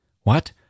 What